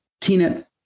Tina